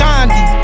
Gandhi